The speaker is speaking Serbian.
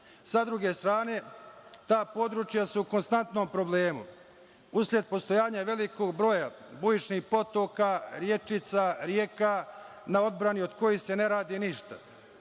druge strane, ta područja su konstantno u problemu usled postojanja velikog broja bujičnih potoka, rečica, reka, na odbrani od kojih se ne radi ništa.